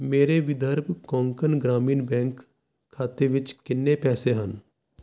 ਮੇਰੇ ਵਿਦਰਭ ਕੋਂਕਣ ਗ੍ਰਾਮੀਣ ਬੈਂਕ ਖਾਤੇ ਵਿੱਚ ਕਿੰਨੇ ਪੈਸੇ ਹਨ